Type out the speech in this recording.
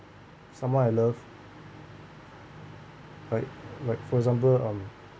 someone I love right right for example um